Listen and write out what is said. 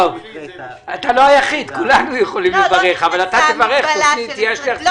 אני עושה רק